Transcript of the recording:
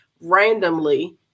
randomly